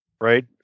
right